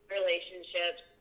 relationships